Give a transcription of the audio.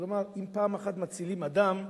כלומר, אם פעם אחת מצילים אדם,